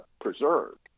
preserved